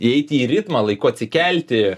įeiti į ritmą laiku atsikelti